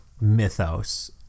mythos